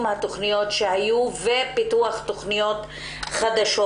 התוכניות שהיו ופיתוח תוכניות חדשות.